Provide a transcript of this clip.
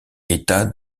état